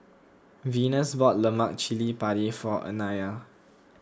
Venus bought Lemak Cili Padi for Anaya